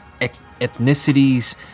ethnicities